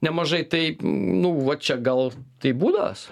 nemažai tai nu va čia gal tai būdas